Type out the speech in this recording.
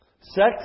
Sex